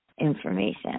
information